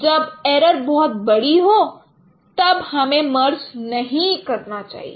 जब इरर बहुत बड़ी हो तब हमें मर्ज नहीं करना चाहिए